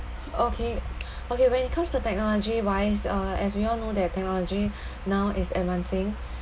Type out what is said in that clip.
okay okay when it comes to technology wise uh as we all know that technology now is advancing